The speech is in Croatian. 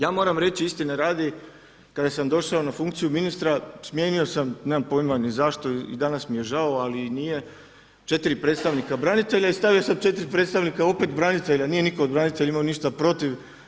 Ja moram reći istine radi kada sam došao na funkciju ministra, smijenio sam, nemam pojma ni zašto i danas mi je žao ali i nije, četiri predstavnika branitelja i stavio sam četiri predstavnika branitelja, nije nitko od branitelja imao ništa protiv.